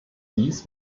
dies